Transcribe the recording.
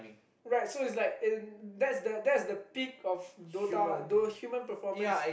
right so it's like in that's the that's the peak of Dota those human performance